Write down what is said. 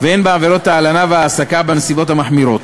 והן בעבירות ההלנה וההעסקה בנסיבות המחמירות.